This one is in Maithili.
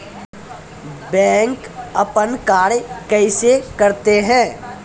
बैंक अपन कार्य कैसे करते है?